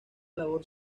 labor